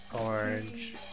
orange